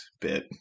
bit